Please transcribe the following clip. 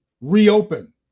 reopen